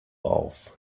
auf